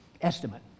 estimate